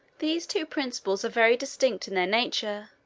these two principles are very distinct in their nature,